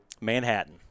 manhattan